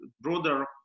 broader